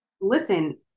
Listen